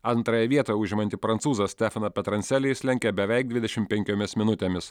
antrąją vietą užimantį prancūzą stefaną peterancelį jis lenkia beveik dvidešim penkiomis minutėmis